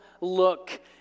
look